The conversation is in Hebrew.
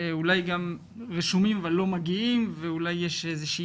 אולי גם רשומים ולא מגיעים ואולי יש איזושהי